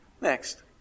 Next